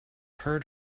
heard